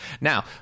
Now